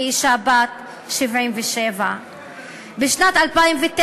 ואישה בת 77. בשנת 2009,